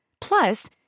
Plus